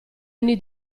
ogni